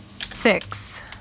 Six